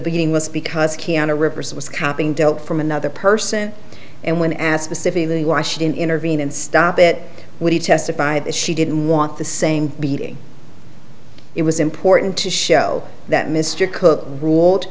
beginning was because kiana rivers was copping dealt from another person and when asked specifically why should intervene and stop it when he testified that she didn't want the same beating it was important to show that mr cook ruled